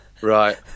Right